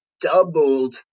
doubled